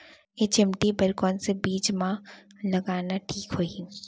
HMT बर कौन से बीज मा लगाना ठीक होही?